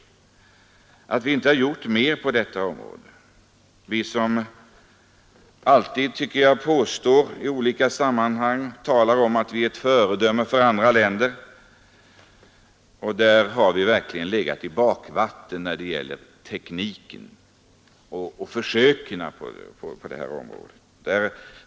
Det är faktiskt ganska märkligt att vi här i Sverige inte har gjort mer på detta område, vi som alltid, tycker jag, i olika sammanhang talar om att vi är ett föredöme för andra länder! Vi har här verkligen legat i bakvatten när det gäller tekniken och försöken.